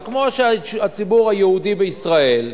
וכמו שהציבור היהודי בישראל,